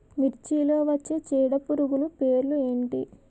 మిర్చిలో వచ్చే చీడపురుగులు పేర్లు ఏమిటి?